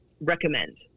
recommend